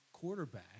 quarterback